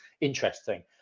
interesting